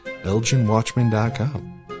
elginwatchman.com